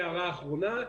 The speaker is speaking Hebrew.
הערה אחרונה.